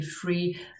free